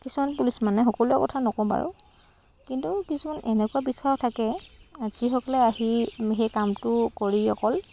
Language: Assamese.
কিছুমান পুলিচ মানে সকলোৰে কথা নকওঁ বাৰু কিন্তু কিছুমান এনেকুৱা বিষয়াও থাকে যিসকলে আহি সেই কামটো কৰি অকল